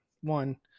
One